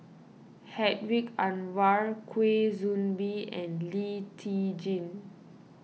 Hedwig Anuar Kwa Soon Bee and Lee Tjin